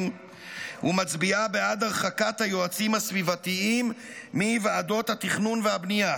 ומצביעה בעד הרחקת היועצים הסביבתיים מוועדות התכנון והבנייה.